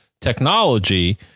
technology